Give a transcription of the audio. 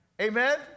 Amen